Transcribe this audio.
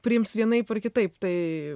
priims vienaip ar kitaip tai